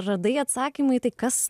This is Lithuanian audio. radai atsakymą į tai kas